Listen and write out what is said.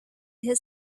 his